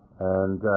and